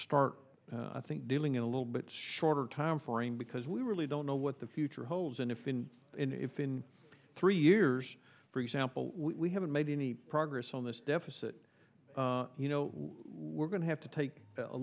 start i think dealing a little bit shorter time frame because we really don't know what the future holds and if in if in three years for example we haven't made any progress on this deficit you know we're going to have to take a